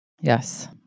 Yes